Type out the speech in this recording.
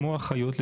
כמו אחיות,